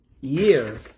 year